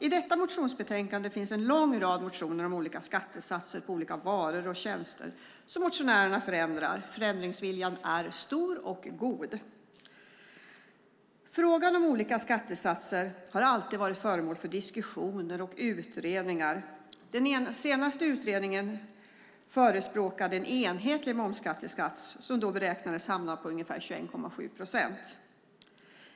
I detta motionsbetänkande finns en lång rad motioner om olika skattesatser på olika varor och tjänster som motionärerna vill förändra. Förändringsviljan är stor och god. Frågan om olika skattesatser har alltid varit föremål för diskussioner och utredningar. Den senaste utredningen förespråkade en enhetlig momsskattesats som då beräknades hamna på ungefär 21,7 procent.